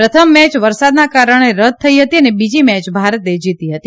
પ્રથમ મેય વરસાદના કારણે રદ્દ થઇ હતી અને બીજી મેય ભારતે જીતી હતી